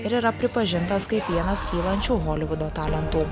ir yra pripažintas kaip vienas kylančių holivudo talentų